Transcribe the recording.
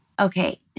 Okay